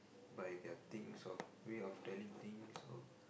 by the things of way of telling things or